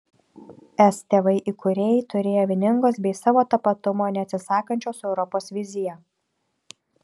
es tėvai įkūrėjai turėjo vieningos bei savo tapatumo neatsisakančios europos viziją